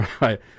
Right